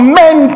men